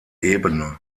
ebene